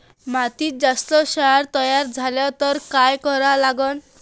मातीत जास्त क्षार तयार झाला तर काय करा लागन?